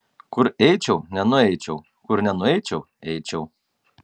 kur eičiau nenueičiau kur nenueičiau eičiau